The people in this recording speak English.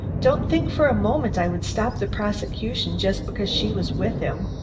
don't think for a moment i would stop the prosecution just because she was with him.